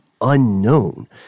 unknown